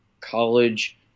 college